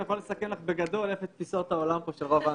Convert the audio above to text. ואני יכול לסכם לך בגדול את תפיסות העולם של רוב האנשים.